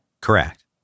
Correct